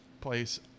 place